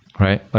right? but